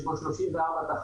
יש בו 34 תחנות,